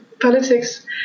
politics